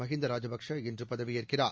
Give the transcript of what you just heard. மஹிந்த ராஜபக்சே இன்று பதவியேற்கிறார்